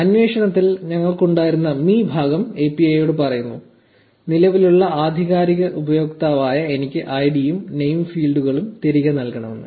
അന്വേഷണത്തിൽ ഞങ്ങൾക്ക് ഉണ്ടായിരുന്ന me' ഭാഗം API യോട് പറയുന്നു നിലവിലുള്ള ആധികാരിക ഉപയോക്താവായ എനിക്ക് ഐഡിയും നെയിം ഫീൽഡുകളും തിരികെ നൽകണമെന്ന്